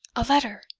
a letter,